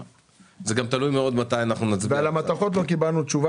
זה גם תלוי מאוד מתי אנחנו נצביע --- ועל המתכות כבר קיבלנו תשובה